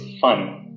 fun